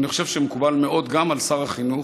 ואני חושב שמקובל מאוד גם על שר החינוך,